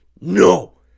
No